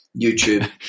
YouTube